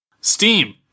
Steam